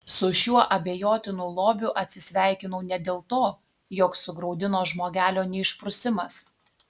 su šiuo abejotinu lobiu atsisveikinau ne dėl to jog sugraudino žmogelio neišprusimas